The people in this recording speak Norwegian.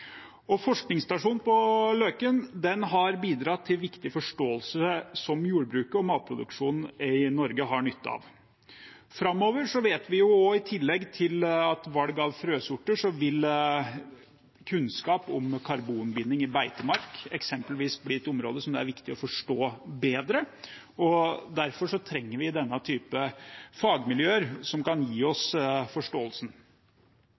på Løken har bidratt til viktig forståelse som jordbruket og matproduksjonen i Norge har nytte av. Framover vet vi at i tillegg til valg av frøsorter vil kunnskap om karbonbinding i beitemark eksempelvis bli et område som det er viktig å forstå bedre. Derfor trenger vi denne typen fagmiljøer som kan gi